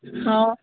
ହଁ